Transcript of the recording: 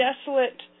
desolate